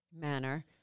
manner